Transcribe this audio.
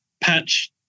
patch